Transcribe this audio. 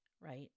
right